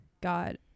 God